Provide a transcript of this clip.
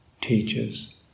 teachers